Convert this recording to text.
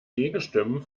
gegenstimmen